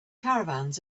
caravans